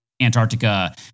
Antarctica